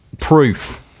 proof